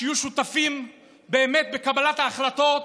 שיהיו שותפים באמת בקבלת החלטות,